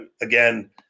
again